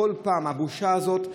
הבושה הזאת,